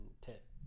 tip